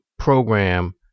program